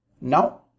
Now